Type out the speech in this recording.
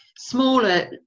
smaller